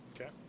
Okay